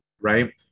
right